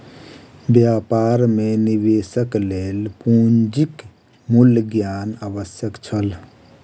व्यापार मे निवेशक लेल पूंजीक मूल्य ज्ञान आवश्यक छल